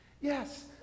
Yes